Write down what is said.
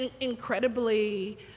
incredibly